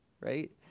right